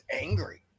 angry